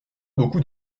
beaucoup